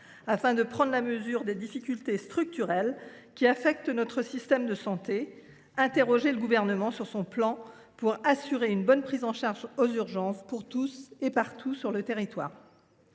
afin de prendre la mesure des difficultés structurelles qui affectent notre système de santé et de demander au Gouvernement comment il compte assurer une bonne prise en charge aux urgences pour tous et partout sur le territoire.